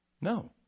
No